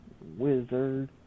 wizard